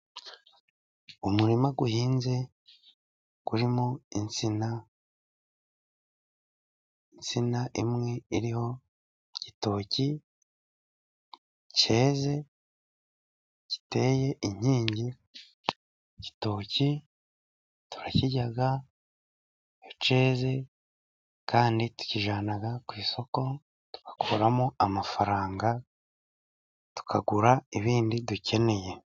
Umurima uhinze urimo insina. Insina imwe iriho igitoki cyeze giteye inkingi, igitoki turakirya cyane kandi tukijyana ku isoko tugakuramo amafaranga tukagura ibindi dukeneye.